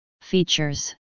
Features